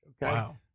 Wow